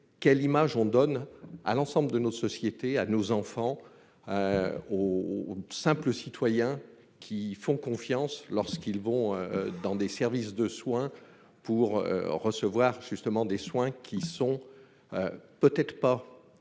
quelle image on donne à l'ensemble de notre société à nos enfants au simple citoyens qui font confiance lorsqu'ils vont dans des services de soins pour recevoir justement des soins qui sont peut-être pas exactement